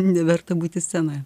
neverta būti scenoje